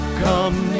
come